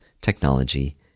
technology